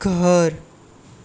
ઘર